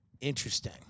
Interesting